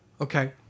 Okay